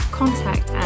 contact